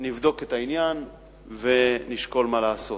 נבדוק את העניין ונשקול מה לעשות.